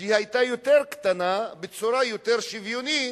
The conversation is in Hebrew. כשהיא היתה יותר קטנה, בצורה יותר שוויונית,